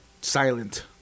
silent